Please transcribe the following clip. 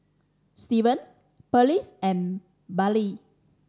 Steven Pearlie's and Bailey